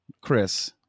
Chris